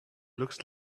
looks